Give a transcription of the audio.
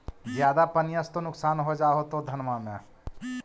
ज्यादा पनिया से तो नुक्सान हो जा होतो धनमा में?